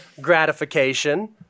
gratification